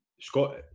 Scott